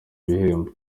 bihembo